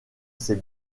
ses